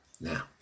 Now